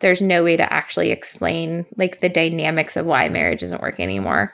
there's no way to actually explain, like, the dynamics of why marriage isn't working anymore.